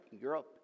Europe